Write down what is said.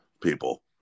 people